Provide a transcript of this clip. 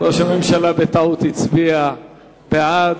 ראש הממשלה הצביע בטעות בעד.